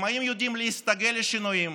עצמאים יודעים להסתגל לשינויים,